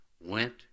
went